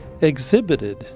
exhibited